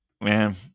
man